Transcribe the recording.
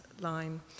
line